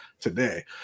today